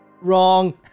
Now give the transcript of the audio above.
Wrong